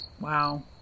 Wow